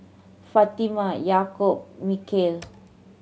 Fatimah Yaakob Mikhail